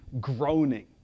groaning